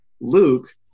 luke